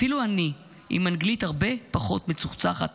אפילו אני, עם אנגלית הרבה פחות מצוחצחת